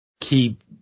keep